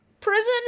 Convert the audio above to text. prison